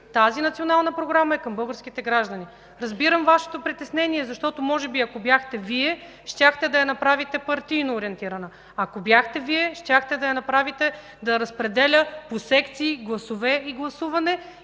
Тази Национална програма е към българските граждани. Разбирам Вашето притеснение, защото може би, ако бяхте Вие, щяхте да я направите партийно ориентирана. Ако бяхте Вие, щяхте да я направите да разпределя по секции, гласове и гласуване